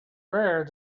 rare